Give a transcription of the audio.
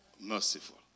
merciful